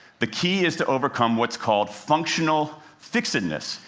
the key is to overcome what's called functional fixedness.